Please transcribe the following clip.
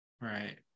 Right